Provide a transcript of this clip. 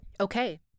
Okay